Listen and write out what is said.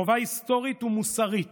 חובה היסטורית ומוסרית